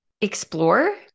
Explore